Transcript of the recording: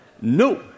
No